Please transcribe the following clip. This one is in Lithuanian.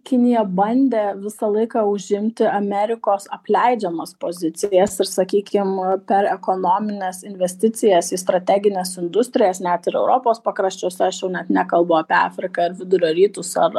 kinija bandė visą laiką užimti amerikos apleidžiamas pozicijas ir sakykim per ekonomines investicijas į strategines industrijas net ir europos pakraščiuose aš jau net nekalbu apie afriką ar vidurio rytus ar